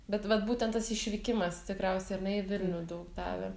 bet vat būtent tas išvykimas tikriausiai ar ne į vilnių daug davė